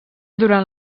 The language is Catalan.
durant